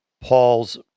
Paul's